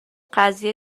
قضیه